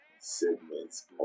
segments